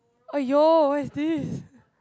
!aiyo! what is this